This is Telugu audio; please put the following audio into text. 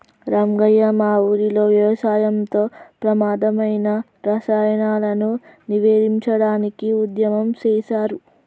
రంగయ్య మా ఊరిలో వ్యవసాయంలో ప్రమాధమైన రసాయనాలను నివేదించడానికి ఉద్యమం సేసారు